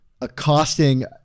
accosting